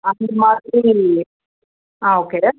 அந்தமாதிரி ஆ okay ton